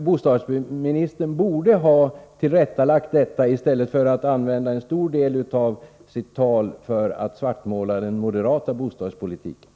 Bostadsministern borde ha tillrättalagt detta, i stället för att använda en stor del av sitt tal till att svartmåla den moderata bostadspolitiken.